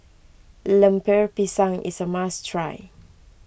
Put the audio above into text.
Lemper Pisang is a must try